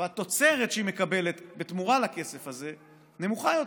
והתוצרת שהיא מקבלת בתמורה לכסף הזה נמוכה יותר,